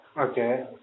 Okay